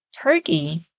Turkey